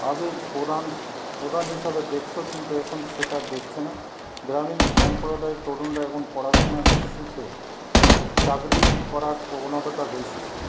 আগে প্রধান প্রধান হিসাবে দেখত কিন্তু এখন সেটা দেখছেনা গ্রামীণ সম্প্রদায় তরুণরা এখন পড়াশোনা শিখে চাকরি করার প্রবণতাটা বেশি